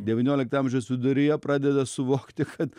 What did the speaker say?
devyniolikto amžiaus viduryje pradeda suvokti kad